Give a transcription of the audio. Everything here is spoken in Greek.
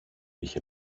είχε